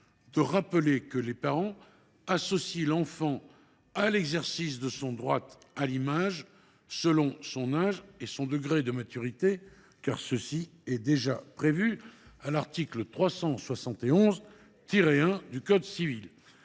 de rappeler que les parents associent l’enfant à l’exercice de son droit à l’image selon son âge et son degré de maturité, car cela est déjà prévu à l’article 371 1 du code civil.